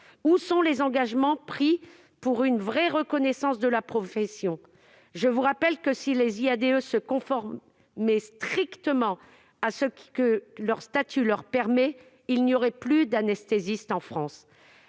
Où sont les engagements pris pour une vraie reconnaissance de la profession ? N'oubliez pas que, si les IADE se limitaient strictement à ce que permet leur statut, il n'y aurait plus d'anesthésies en France.